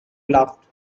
laughed